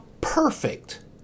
perfect